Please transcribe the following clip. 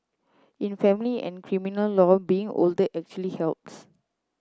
in family and criminal law being older actually helps